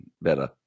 better